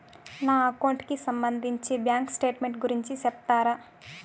నా అకౌంట్ కి సంబంధించి బ్యాంకు స్టేట్మెంట్ గురించి సెప్తారా